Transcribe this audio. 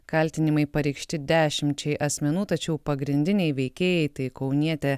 kaltinimai pareikšti dešimčiai asmenų tačiau pagrindiniai veikėjai tai kaunietė